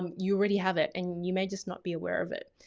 um you already have it and you may just not be aware of it.